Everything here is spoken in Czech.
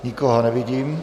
Nikoho nevidím.